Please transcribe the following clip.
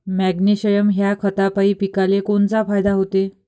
Magnesium ह्या खतापायी पिकाले कोनचा फायदा होते?